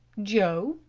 joe,